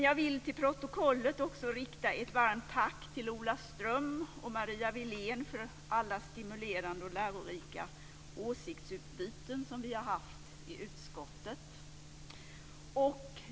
Jag vill till protokollet också rikta ett varmt tack till Ola Ström och Marie Wilén för alla stimulerande och lärorika åsiktsutbyten som vi har haft i utskottet.